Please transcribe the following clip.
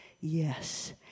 yes